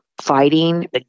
fighting